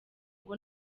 ngo